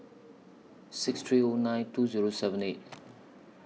six three O nine two Zero seven eight